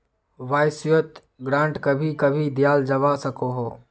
वाय्सायेत ग्रांट कभी कभी दियाल जवा सकोह